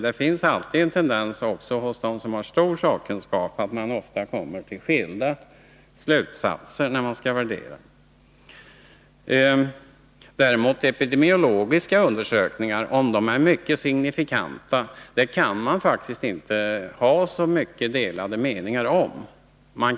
Det finns alltid en tendens att man kommer till skilda slutsatser när man skall göra värderingar. Det gäller också för dem som har stor sakkunskap. Men om epidemiologiska undersökningar är mycket signifikanta, kan man faktiskt inte ha speciellt delade meningar om dem.